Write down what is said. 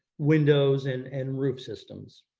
windows and and roof systems.